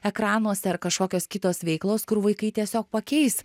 ekranuose ar kažkokios kitos veiklos kur vaikai tiesiog pakeis